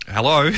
Hello